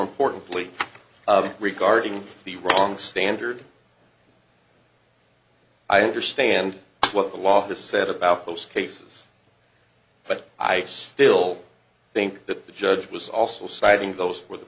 importantly regarding the wrong standard i understand what the law has said about those cases but i still think that the judge was also citing those for the